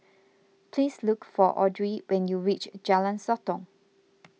please look for Audrey when you reach Jalan Sotong